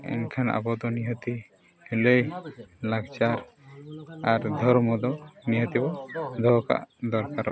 ᱮᱱᱠᱷᱟᱱ ᱟᱵᱚ ᱫᱚ ᱱᱤᱦᱟᱹᱛᱤ ᱞᱟᱭ ᱞᱟᱠᱪᱟᱨ ᱟᱨ ᱫᱷᱚᱨᱢᱚ ᱫᱚ ᱱᱤᱦᱟᱹᱛᱤ ᱜᱮᱵᱚ ᱫᱚᱦᱚ ᱠᱟᱜ ᱫᱚᱨᱠᱟᱨᱚᱜ ᱠᱟᱱᱟ